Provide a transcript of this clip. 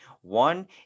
One